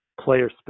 player